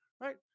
Right